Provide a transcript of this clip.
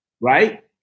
Right